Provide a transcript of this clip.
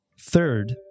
Third